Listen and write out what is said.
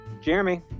jeremy